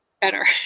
better